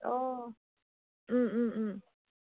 অঁ